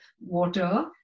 water